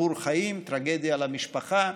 סיפור חיים, טרגדיה למשפחה,